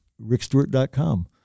rickstewart.com